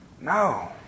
No